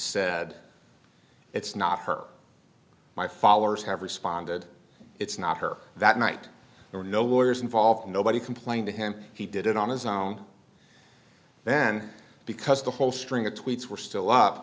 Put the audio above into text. said it's not her my followers have responded it's not her that night there were no lawyers involved nobody complained to him he did it on his own then because the whole string of tweets were still up